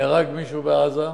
נהרג מישהו בעזה,